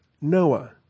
Noah